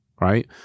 Right